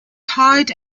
hide